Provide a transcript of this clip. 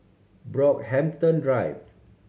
Brockhampton Drive